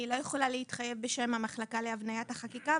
אני לא יכולה להתחייב בשם המחלקה להבניית החקיקה.